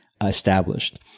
established